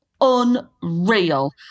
unreal